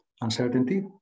uncertainty